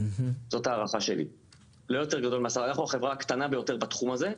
אנחנו החברה הקטנה ביותר בתחום הזה.